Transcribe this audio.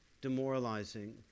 demoralizing